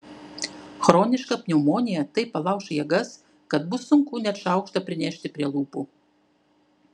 chroniška pneumonija taip palauš jėgas kad bus sunku net šaukštą prinešti prie lūpų